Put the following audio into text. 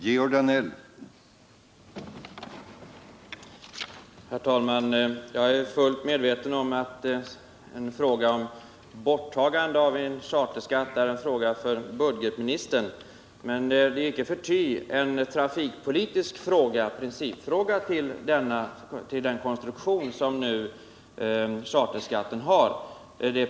Herr talman! Jag är fullt medveten om att borttagandet av charterskatten är en fråga för budgetministern, men det är icke förty också en trafikpolitisk fråga. Charterskattens konstruktion är en principfråga.